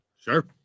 sure